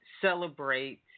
celebrate